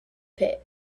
pit